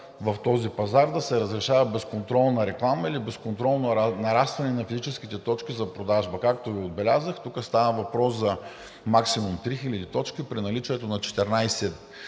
в този пазар, да се разрешава безконтролна реклама или безконтролно нарастване на физическите точки за продажба. Както отбелязах, тук става въпрос за максимум 3000 точки при наличието на 14